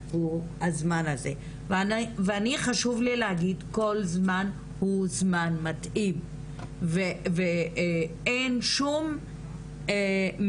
ואני חושב לי להגיד כל זמן הוא זמן מתאים ואין שום מניעה,